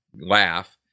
laugh